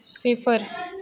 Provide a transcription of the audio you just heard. सिफर